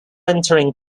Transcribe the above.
entering